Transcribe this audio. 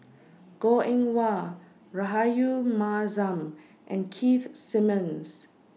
Goh Eng Wah Rahayu Mahzam and Keith Simmons